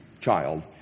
child